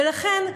ולכן,